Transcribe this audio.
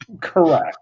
Correct